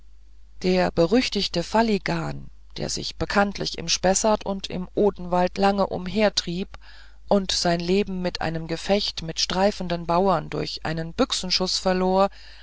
der berüchtigte faligan der sich bekanntlich im spessart und im odenwald lange umhertrieb und sein leben in einem gefecht mit streifenden bauern durch einen büchsenschuß verlor